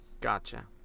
Gotcha